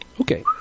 Okay